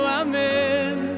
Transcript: amen